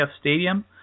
Stadium